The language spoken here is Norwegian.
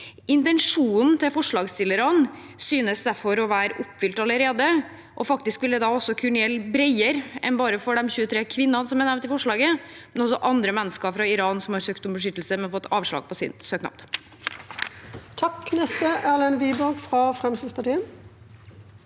Intensjonen til forslagsstillerne synes derfor å være oppfylt allerede, og vil faktisk da også kunne gjelde bredere enn bare for de 23 kvinnene som er nevnt i forslaget. Det er også andre mennesker fra Iran som har søkt om beskyttelse, men fått avslag på sin søknad. Erlend Wiborg (FrP)